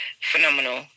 phenomenal